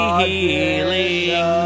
healing